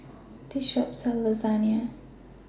This Shop sells Lasagne